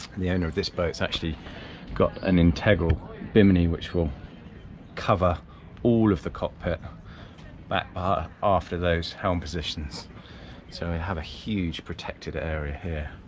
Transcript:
the owner of this boat's actually got an integral bimini, which will cover all of the cockpit back ah aft of those helm positions, so you have a huge protected area here,